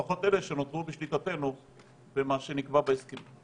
לפחות אלה שנותרו בשליטתנו במה שנקבע בהסכמים.